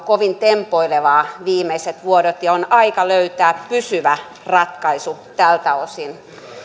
kovin tempoilevaa viimeiset vuodet ja on aika löytää pysyvä ratkaisu tältä osin